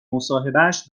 مصاحبهش